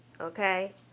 Okay